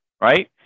right